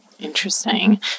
Interesting